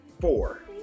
four